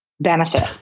benefit